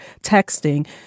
texting